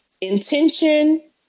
intention